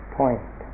point